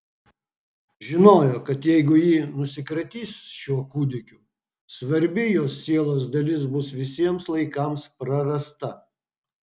žinojo kad jeigu ji nusikratys šiuo kūdikiu svarbi jos sielos dalis bus visiems laikams prarasta